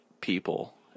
people